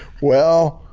well.